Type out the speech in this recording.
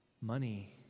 Money